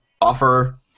offer